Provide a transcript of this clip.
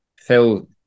phil